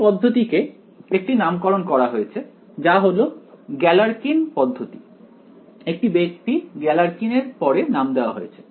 এই পদ্ধতি কে একটি নামকরণ করা হয়েছে যা হলো গ্যালারকিন Galerkin's পদ্ধতি একটি ব্যক্তি গ্যালারকিন এর পরে নাম দেওয়া হয়েছে